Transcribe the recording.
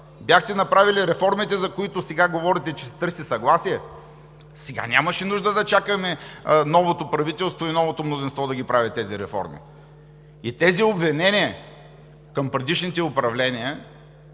бяхте направили реформите, за които сега говорите, че търсите съгласие, сега нямаше нужда да чакаме новото правителство и новото мнозинство да прави тези реформи. Тези обвинения към предишните управления